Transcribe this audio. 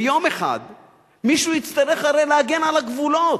ויום אחד מישהו יצטרך הרי להגן על הגבולות,